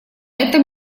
этом